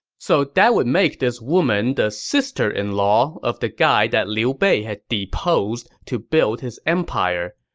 so that would make this woman the sister-in-law of the guy that liu bei had deposed to build his empire,